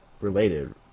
related